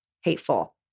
hateful